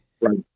Right